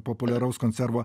populiaraus konservo